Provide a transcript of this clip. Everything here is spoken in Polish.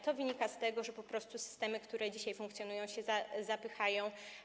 To wynika z tego, że po prostu systemy, które dzisiaj funkcjonują, się zapychają.